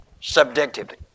subjectively